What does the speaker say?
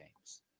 games